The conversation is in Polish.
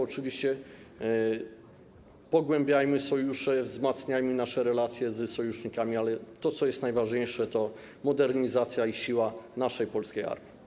Oczywiście, pogłębiajmy sojusze, wzmacniajmy nasze relacje z sojusznikami, ale to, co jest najważniejsze, to modernizacja i siła naszej polskiej armii.